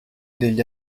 degli